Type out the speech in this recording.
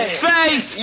faith